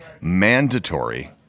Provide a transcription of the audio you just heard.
mandatory